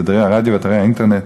תדרי הרדיו ואתרי האינטרנט.